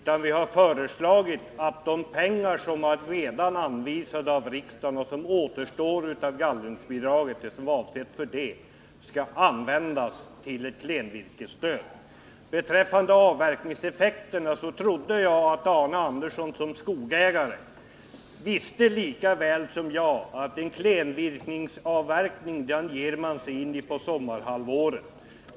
Vad vi har föreslagit är att de pengar som redan anvisats av riksdagen och som återstår av gallringsbidraget skall användas till ett klenvirkesstöd. Beträffande avverkningseffekterna måste jag säga att jag trodde att Arne Andersson i Ljung som skogsägare visste lika bra som jag att man företar klenvirkesavverkningar under sommarhalvåret.